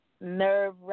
Nerve